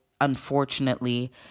unfortunately